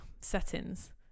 settings